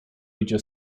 idzie